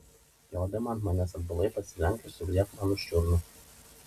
jodama ant manęs atbulai pasilenk ir sugriebk man už čiurnų